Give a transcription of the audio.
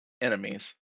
enemies